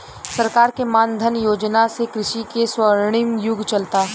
सरकार के मान धन योजना से कृषि के स्वर्णिम युग चलता